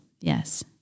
yes